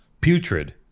putrid